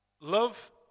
love